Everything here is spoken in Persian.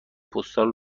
پستال